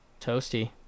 Toasty